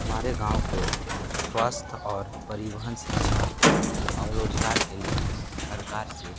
हमारे गाँव को स्वस्थ्य और परिवहन शिक्षा और रोज़गार के लिए हम सरकार से